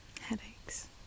Headaches